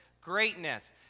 greatness